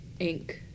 Inc